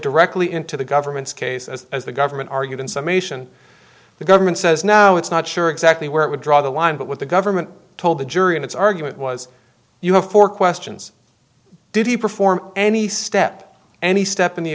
directly into the government's case as the government argued in summation the government says now it's not sure exactly where it would draw the line but what the government told the jury in its argument was you have four questions did he perform any step any step in the